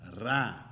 ra